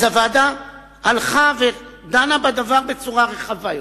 אז הוועדה הלכה ודנה בדבר בצורה רחבה יותר,